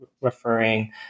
referring